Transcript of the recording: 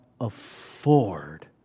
afford